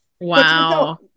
wow